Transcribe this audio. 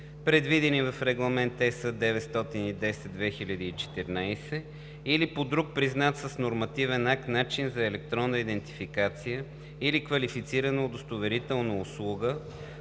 предвидени в Регламент (ЕС) 910/2014 или по друг признат с нормативен акт начин за електронна идентификация или квалифицирана удостоверителна услуга